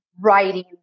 writing